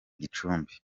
gicumbi